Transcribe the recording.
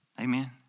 Amen